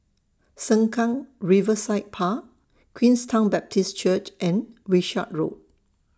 Sengkang Riverside Park Queenstown Baptist Church and Wishart Road